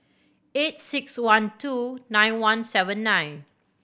eight six one two nine one seven nine